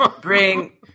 Bring